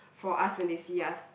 for us when they see us